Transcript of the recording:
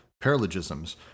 paralogisms